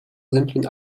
simplen